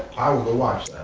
i would go watch that.